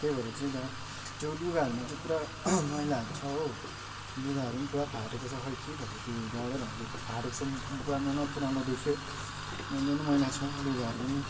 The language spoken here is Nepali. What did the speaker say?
त्यही भएर चाहिँ दा त्यो लुगाहरूमा चाहिँ पुरा मैलाहरू छ हो लुगाहरू पनि पुरा फाटेको छ खोइ के भएको त्यो डरैलाग्दो फाटेको छ पुरानो न पुरानो देखियो मैला न मैला छ लुगाहरू पनि